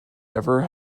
ever